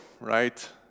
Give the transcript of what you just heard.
right